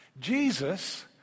Jesus